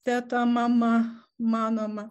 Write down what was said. teta mama manoma